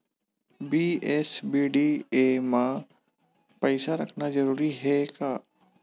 BSBDA मा पईसा रखना जरूरी हे का?